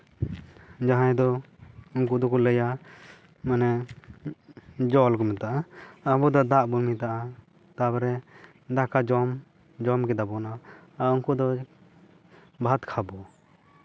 ᱡᱟᱦᱟᱸᱭ ᱫᱚ ᱩᱱᱠᱩ ᱫᱚᱠᱚ ᱞᱟᱹᱭᱟ ᱢᱟᱱᱮ ᱡᱚᱞ ᱠᱚ ᱢᱮᱛᱟᱜᱼᱟ ᱟᱵᱚ ᱫᱚ ᱫᱟᱜ ᱵᱚᱱ ᱢᱮᱛᱟᱜᱼᱟ ᱛᱟᱨᱯᱚᱨᱮ ᱫᱟᱠᱟ ᱡᱚᱢ ᱡᱚᱢ ᱠᱮᱫᱟᱵᱚᱱ ᱟᱨ ᱩᱱᱠᱩ ᱫᱚ ᱵᱷᱟᱛ ᱠᱷᱟᱵᱚ